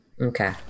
okay